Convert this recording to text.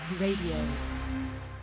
radio